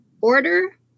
order